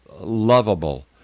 lovable